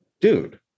dude